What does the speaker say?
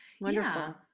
Wonderful